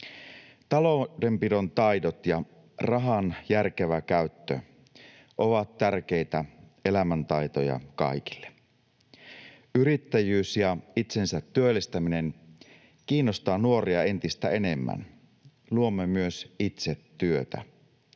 Taloudenpidon taidot ja rahan järkevä käyttö ovat tärkeitä elämäntaitoja kaikille. Yrittäjyys ja itsensä työllistäminen kiinnostaa nuoria entistä enemmän. Luomme myös itse työtä.